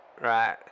right